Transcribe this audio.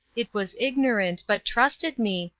it was ignorant, but trusted me,